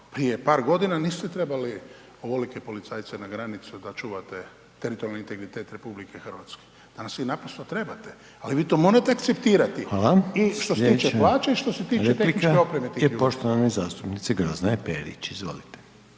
prije par godina niste trebali ovolike policajce na granici da čuvate teritorijalni integritet RH, danas vi naprosto trebate, ali vi to morate citirati …/Upadica: Hvala/… i što se tiče plaće i što se tiče tehničke opreme tih ljudi. **Reiner, Željko (HDZ)** Slijedeća replika je poštovane zastupnice Grozdane Perić, izvolite.